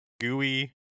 Gooey